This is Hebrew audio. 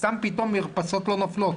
סתם פתאום מרפסות לא נופלות.